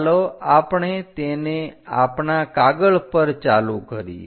ચાલો આપણે તેને આપણા કાગળ પર ચાલુ કરીએ